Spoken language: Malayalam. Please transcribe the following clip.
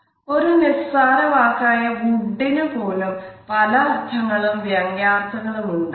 ഒരു നിസ്സാര വാക്കായ വുഡിന് പോലും പല അർത്ഥങ്ങളും വ്യംഗ്യാർത്ഥങ്ങളും ഉണ്ടാകാം